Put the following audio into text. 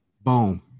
Boom